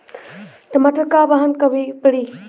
टमाटर क बहन कब पड़ी?